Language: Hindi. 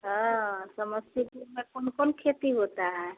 हाँ समस्तीपुर में कौन कौन खेती होता है